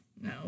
No